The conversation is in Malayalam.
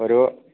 ഒരു